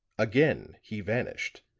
again he vanished,